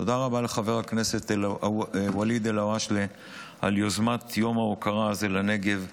תודה רבה לחבר הכנסת ואליד אלהואשלה על יוזמת יום ההוקרה הזה לנגב.